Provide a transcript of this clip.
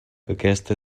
aquesta